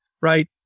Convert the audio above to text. right